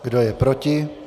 Kdo je proti?